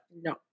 No